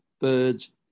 birds